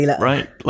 right